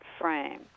frame